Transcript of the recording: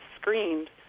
screened